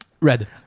red